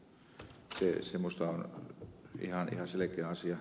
se minusta on ihan selkeä asia